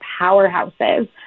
powerhouses